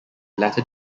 latter